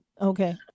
Okay